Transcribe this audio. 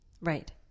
Right